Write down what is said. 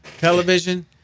Television